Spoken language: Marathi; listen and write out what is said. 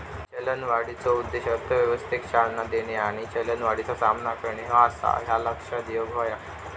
चलनवाढीचो उद्देश अर्थव्यवस्थेक चालना देणे आणि चलनवाढीचो सामना करणे ह्यो आसा, ह्या लक्षात घेऊक हव्या